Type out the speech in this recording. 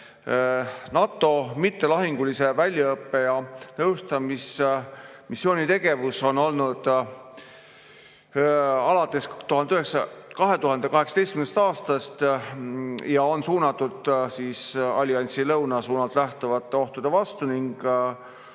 NATO mittelahingulise väljaõppe‑ ja nõustamismissiooni tegevus on kestnud alates 2018. aastast ning on suunatud alliansi lõunasuunalt lähtuvate ohtude vastu.